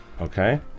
Okay